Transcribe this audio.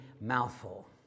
mouthful